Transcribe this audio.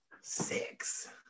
six